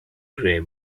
grey